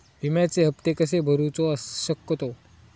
विम्याचे हप्ते कसे भरूचो शकतो?